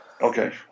Okay